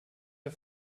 der